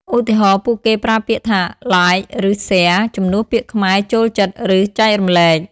ឧទាហរណ៍ ពួកគេប្រើពាក្យថា "like" ឬ "share" ជំនួសពាក្យខ្មែរ "ចូលចិត្ត" ឬ "ចែករំលែក"។